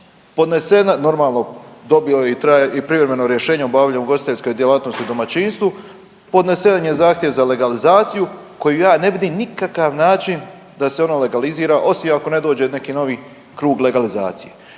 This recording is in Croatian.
podnesena, normalno dobio je i privremeno rješenje o obavljanju ugostiteljske djelatnosti u domaćinstvu, podnesen je zahtjev za legalizaciju koju ja ne vidim nikakav način da se ono legalizira, osim ako ne dođe neki novi krug legalizacije.